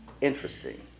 Interesting